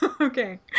Okay